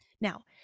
Now